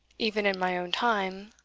even in my own time,